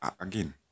again